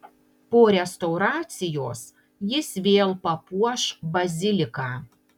po restauracijos jis vėl papuoš baziliką